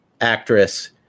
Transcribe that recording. actress